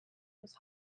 was